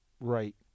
right